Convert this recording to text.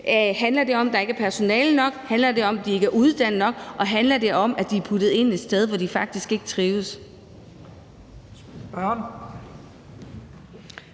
Handler det om, at der ikke er personale nok? Handler det om, at personalet ikke er uddannet nok? Handler det om, at borgerne er blevet puttet ind et sted, hvor de faktisk ikke trives?